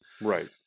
Right